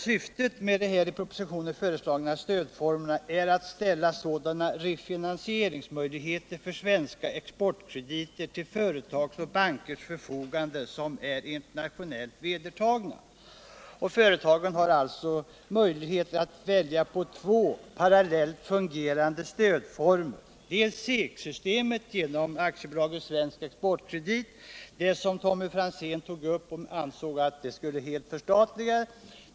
Syftet med de i propositionen föreslagna stödformerna är att det exportkreditgarantisystem som ställs till företagens och bankernas förfogande skall bringas mer i överensstämmelse med det internationellt vedertagna systemet. Företagen har möjlighet att välja mellan två parallellt fungerande stödformer. Vi har SEK-systemet —- genom AB Svensk Exportkredit — som Tommy Franzén tog upp och ansåg borde förstatligas.